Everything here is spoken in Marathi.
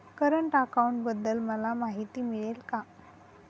करंट अकाउंटबद्दल मला माहिती मिळेल का?